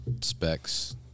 specs